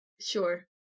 Sure